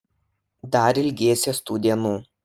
dar ilgėsies tų dienų